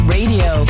Radio